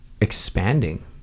expanding